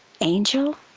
angel